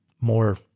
more